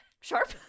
Sharp